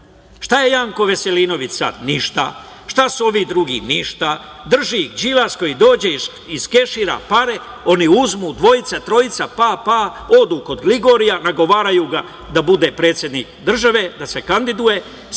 Šta je Janko Veselinović sad? Ništa. Šta su ovi drugi? Ništa. Drži ih Đilas koji dođe iskešira pare, oni uzmu dvojica, trojica, pa odu kod Gligorija, nagovaraju ga da bude predsednik države, da se kandiduje,